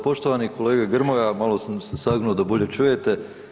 Poštovani kolega Grmoja malo sam se sagnuo da bolje čujete.